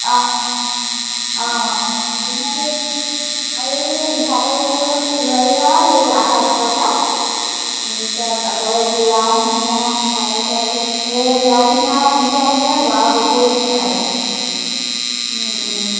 অঁ অঁ অঁ অঁ আৰু এই মিঠাতেল লৈ আহিবা এই আধা বটল এটাত তাৰ পাছত আকৌ জিৰা ধনীয়া তাৰ পাছত হেৰি জিৰা ধনীয়া সেনেকৈ আনিলেই হ'ব আৰু বিশেষ একো নালাগে